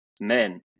men